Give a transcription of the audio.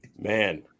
Man